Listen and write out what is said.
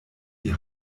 die